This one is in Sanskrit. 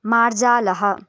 मार्जालः